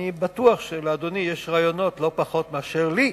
אני בטוח שלאדוני יש רעיונות לא פחות מאשר לי,